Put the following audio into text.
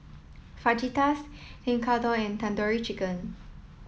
Fajitas Tekkadon and Tandoori Chicken